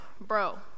bro